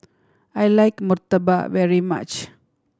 I like murtabak very much